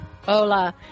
Hola